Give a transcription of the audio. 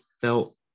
felt